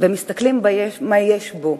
ומסתכלים מה יש בו,